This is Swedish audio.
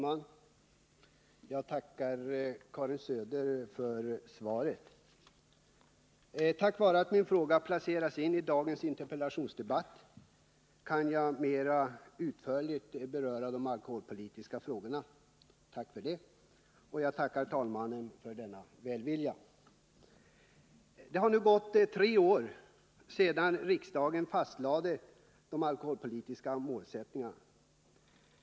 Herr talman! Jag tackar statsrådet Karin Söder för svaret. missbruk av alkomera utförligt beröra de alkoholpolitiska frågorna. Tack för det, och jag — pol tackar talmannen för denna välvilja. Det har nu snart gått tre år sedan riksdagen fastlade de alkoholpolitiska målsättningarna.